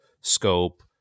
scope